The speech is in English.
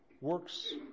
works